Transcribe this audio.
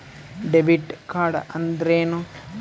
Debit card ಅಂದ್ರೇನು?